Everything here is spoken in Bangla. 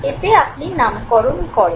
এতে আপনি নামকরণ করেন